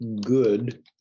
good